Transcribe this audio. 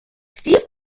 steve